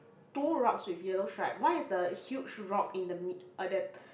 two rocks with yellow stripe one is the huge rock in the mid~ uh the